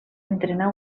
entrenar